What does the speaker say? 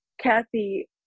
Kathy